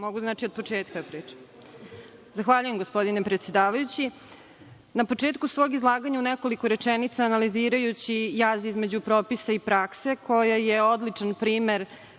Mogu od početka da pričam. Zahvaljujem, gospodine predsedavajući. Na početku svog izlaganja u nekoliko rečenica, analizirajući jaz između propisa i prakse, koja je odličan primer